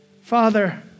Father